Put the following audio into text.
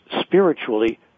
spiritually